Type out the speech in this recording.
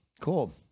Cool